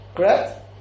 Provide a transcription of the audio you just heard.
Correct